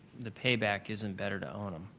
the payback isn't better to own them.